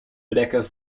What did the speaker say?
bedekken